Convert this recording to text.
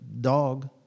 dog